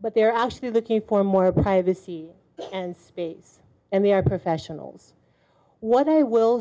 but they're actually looking for more privacy and space and they are professionals what i will